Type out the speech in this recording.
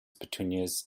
petunias